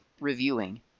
reviewing